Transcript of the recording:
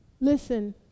listen